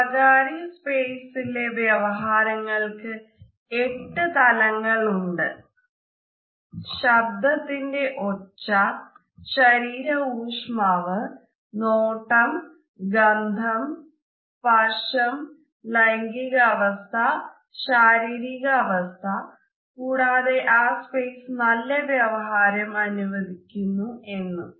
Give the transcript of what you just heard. സ്വകാര്യ സ്പേസിലെ വ്യവഹാരങ്ങൾക് 8 തലങ്ങളുണ്ട് ശബ്ദത്തിന്റെ ഒച്ച ശരീര ഊഷ്മാവ് നോട്ടം ഗന്ധം സ്പർശം ലൈംഗിക അവസ്ഥ ശാരീരിക അവസ്ഥ കൂടാതെ ആ സ്പേസ് നല്ല വ്യവഹാരം അനുവദിക്കുന്നൂ എന്നും